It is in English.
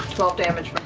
twelve damage from